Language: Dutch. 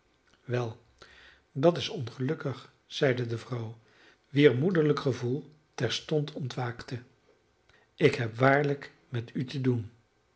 wel dat is ongelukkig zeide de vrouw wier moederlijk gevoel terstond ontwaakte ik heb waarlijk met u te doen